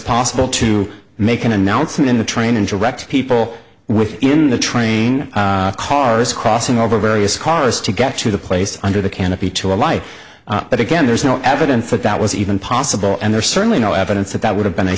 possible to make an announcement in the train and direct people within the train cars crossing over various chorused to get to the place under the canopy to a life but again there's no evidence that that was even possible and there's certainly no evidence that that would have been